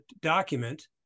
document